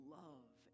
love